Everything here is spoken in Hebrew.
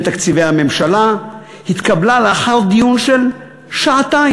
תקציבי הממשלה התקבלה לאחר דיון של שעתיים.